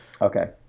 Okay